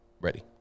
ready